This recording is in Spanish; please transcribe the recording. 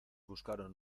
buscaron